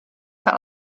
fell